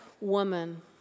woman